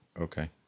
Okay